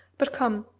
but come,